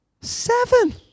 seven